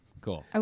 cool